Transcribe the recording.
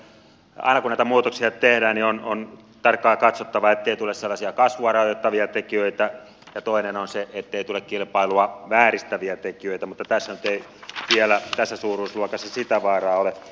aina kun näitä muutoksia tehdään on tarkkaan katsottava ettei tule sellaisia kasvua rajoittavia tekijöitä ja toinen on se ettei tule kilpailua vääristäviä tekijöitä tässä suuruusluokassa nyt ei vielä sitä vaaraa ole